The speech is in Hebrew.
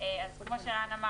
אז כמו שרן אמר